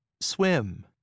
swim